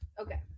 okay